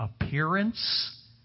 appearance